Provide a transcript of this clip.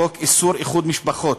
חוק איסור איחוד משפחות,